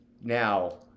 Now